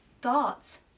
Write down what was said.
Thoughts